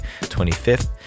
25th